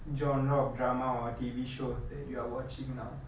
genre of drama or T_V show that you are watching now